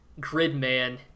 Gridman